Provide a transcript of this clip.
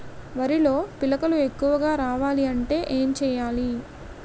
వరిలో పిలకలు ఎక్కువుగా రావాలి అంటే ఏంటి చేయాలి?